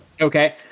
Okay